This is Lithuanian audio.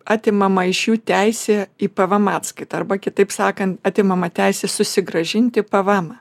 atimama iš jų teisė į pvm atskaitą arba kitaip sakan atimama teisė susigrąžinti pvemą